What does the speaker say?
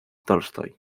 tolstói